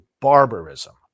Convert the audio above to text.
barbarism